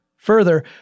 Further